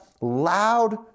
loud